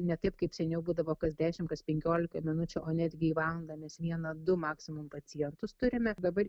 ne taip kaip seniau būdavo kas dešimt kas penkioliką minučių o netgi valandomis vieną du maksimum pacientus turime dabar